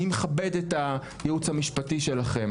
אני מכבד את הייעוץ המשפטי שלכם.